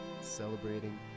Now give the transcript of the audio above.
celebrating